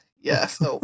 Yes